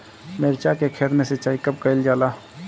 मिर्चा के खेत में सिचाई कब कइल जाला?